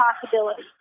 possibility